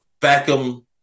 Beckham